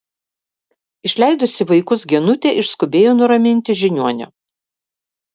išleidusi vaikus genutė išskubėjo nuraminti žiniuonio